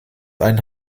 einen